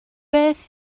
beth